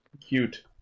cute